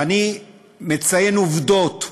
ואני מציין עובדות,